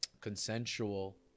consensual